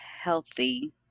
healthy